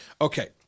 Okay